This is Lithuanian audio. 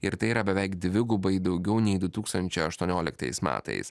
ir tai yra beveik dvigubai daugiau nei du tūkstančiai aštuonioliktais metais